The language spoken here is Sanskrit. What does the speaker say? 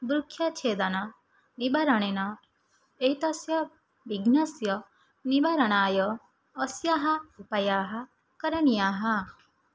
वृक्षछेदना निवारणेन एतस्य बिघ्नस्य निवारणाय अस्याः उपायाः करणीयाः